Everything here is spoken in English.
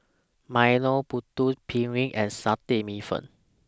Milo Putu Piring and Satay Bee Hoon